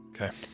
Okay